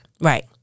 Right